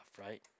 right